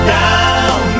down